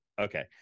Okay